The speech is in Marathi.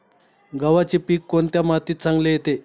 गव्हाचे पीक कोणत्या मातीत चांगले येते?